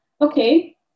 okay